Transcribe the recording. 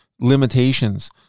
limitations